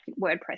WordPress